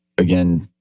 Again